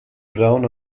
brown